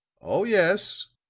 oh, yes,